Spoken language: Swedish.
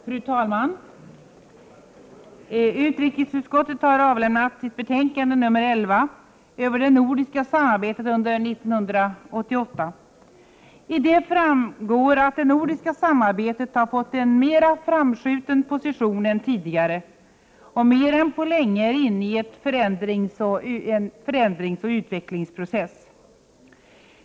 Fru talman! Utrikesutskottet har avlämnat sitt betänkande nr 11 över det nordiska samarbetet under 1988. Av det framgår att det nordiska samarbetet har fått en mera framskjuten position än tidigare och är mer än på länge inne i en förändringsoch utvecklingsprocess.